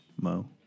Mo